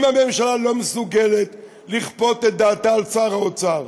אם הממשלה לא מסוגלת לכפות את דעתה על שר האוצר,